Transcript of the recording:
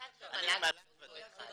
אני מל"ג ות"ת.